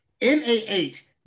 N-A-H